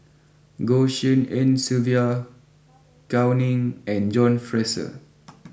Goh Tshin En Sylvia Gao Ning and John Fraser